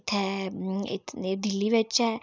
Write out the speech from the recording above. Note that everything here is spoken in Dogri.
इत्थै एह् दिल्ली बिच्च ऐ